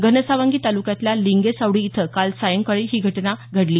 घनसावंगी तालुक्यातल्या लिंगेसावडी इथं काल सायंकाळी ही दर्घटना घडली